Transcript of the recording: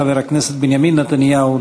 חבר הכנסת בנימין נתניהו,